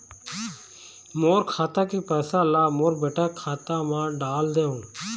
मोर खाता के पैसा ला मोर बेटा के खाता मा डाल देव?